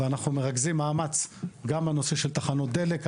ואנחנו מרכזים מאמץ גם בנושא של תחנות דלק.